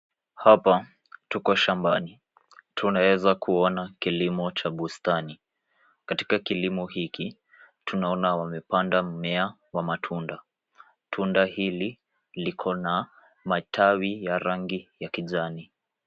Hapa tuko shambani. Tunaweza kuona kilimo cha bustani. Katika kilimo hiki tunaona wamepanda mmea wa matunda. Tunda hili liko na matawi ya rangi ya kijani.